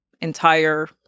entire